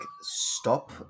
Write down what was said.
stop